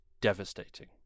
devastating